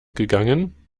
gegangen